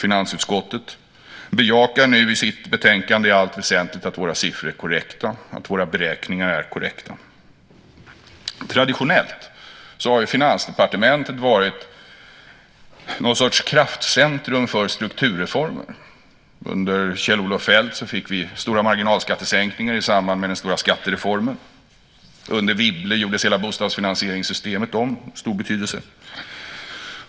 Finansutskottet bejakar nu i sitt betänkande i allt väsentligt att våra siffror är korrekta, att våra beräkningar är korrekta. Traditionellt har Finansdepartementet varit någon sorts kraftcentrum för strukturreformer. Under Kjell-Olof Feldt fick vi stora marginalskattesänkningar i samband med den stora skattereformen. Under Wibble gjordes hela bostadsfinansieringssystemet om - det hade stor betydelse.